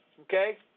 okay